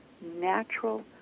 natural